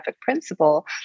principle